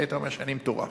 היית אומר שאני מטורף.